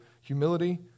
humility